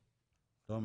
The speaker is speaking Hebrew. תומר?